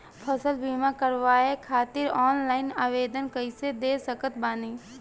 फसल बीमा करवाए खातिर ऑनलाइन आवेदन कइसे दे सकत बानी?